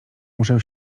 muszę